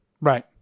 Right